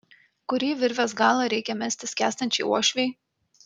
kurį virvės galą reikia mesti skęstančiai uošvei